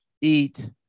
eat